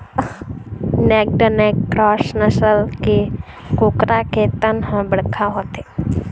naked neck cross नसल के कुकरा के तन ह बड़का होथे